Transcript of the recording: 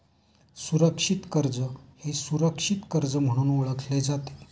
सुरक्षित कर्ज हे सुरक्षित कर्ज म्हणून ओळखले जाते